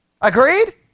Agreed